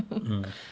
mm